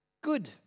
Good